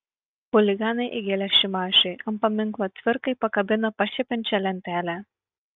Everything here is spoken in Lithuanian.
chuliganai įgėlė šimašiui ant paminklo cvirkai pakabino pašiepiančią lentelę